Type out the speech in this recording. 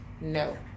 No